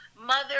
mother